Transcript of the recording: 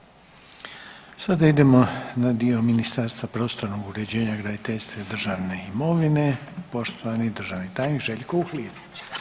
Sada idemo na dio Ministarstva prostornog uređenja, graditeljstva i državne imovine, poštovani državni tajnik Željko Uhlir.